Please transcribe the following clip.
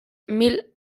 mil